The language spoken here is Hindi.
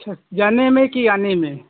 अच्छा जाने में कि आने में